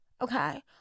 okay